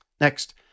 Next